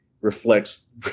reflects